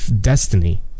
destiny